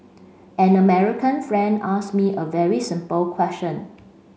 an American friend asked me a very simple question